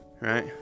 Right